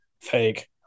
Fake